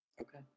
okay